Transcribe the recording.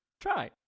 Try